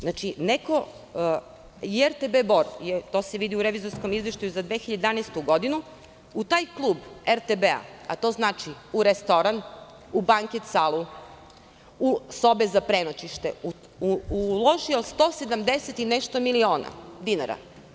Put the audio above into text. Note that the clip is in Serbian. Znači, i RTB Bor, a to se vidi u revizorskom izveštaju za 2011. godinu, u taj klub RTB, a to znači u restoran, u banket salu, u sobe za prenoćište, uložio 170 i nešto miliona dinara.